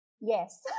Yes